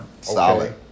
Solid